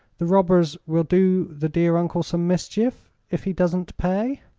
the robbers will do the dear uncle some mischief, if he doesn't pay.